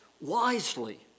wisely